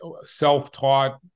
self-taught